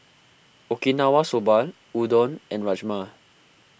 Okinawa Soba Udon and Rajma